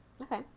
Okay